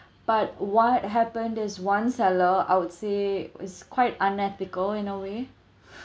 but what happen there is one seller I would say is quite unethical in a way